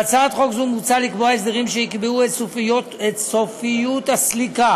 בהצעת חוק זו מוצע לקבוע הסדרים שיקבעו את סופיות הסליקה